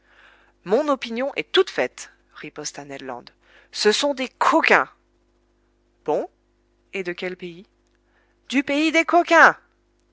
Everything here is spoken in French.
mon opinion est toute faite riposta ned land ce sont des coquins bon et de quel pays du pays des coquins